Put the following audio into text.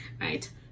right